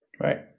Right